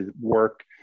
work